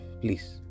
please